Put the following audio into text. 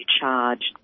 charged